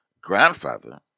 grandfather